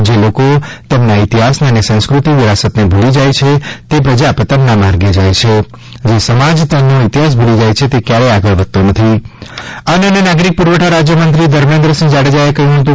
જે લોકો તેમના ઇતિહાસને અને સાંસ્કૃતિક વિરાસતને ભૂલી જાય છે તે પ્રજા પતનના માર્ગે જાય છે જે સમાજ તેનો ઇતિહાસ ભૂલી જાય છે તે ક્યારેય આગળ વધતો નથી અન્ન અને નાગરિક પુરવઠા રાજ્યમંત્રી શ્રી ધર્મેન્દ્રસિંહ જાડેજાએ કહ્યું હતું